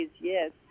yes